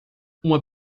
uma